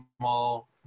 small